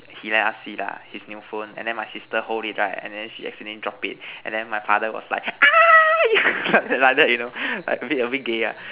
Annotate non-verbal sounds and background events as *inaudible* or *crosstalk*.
he let us see lah his new phone and then my sister hold it right and then she accidentally drop it and then my father was like ah *noise* like that you know like like a bit gay lah